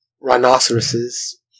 rhinoceroses